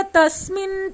Tasmin